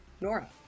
Nora